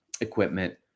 equipment